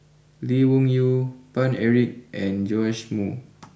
Lee Wung Yew Paine Eric and Joash Moo